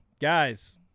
guys